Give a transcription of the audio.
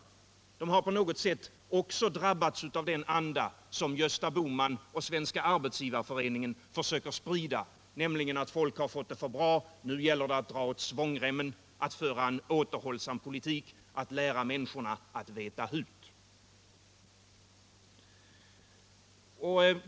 Dessa politiker har på något sätt också drabbats av den anda som Gösta Bohman och Svenska arbetsgivareföreningen försöker sprida, nämligen att folk har fått det för bra, nu gäller det att 35 dra åt svångremmen, att föra en återhållsam politik, att lära människorna veta hut.